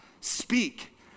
Speak